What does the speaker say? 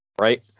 Right